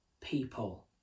people